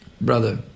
brother